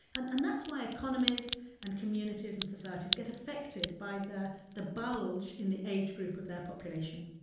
and and that's why economies and communities and societies get affected by the the bulge in the age group of their population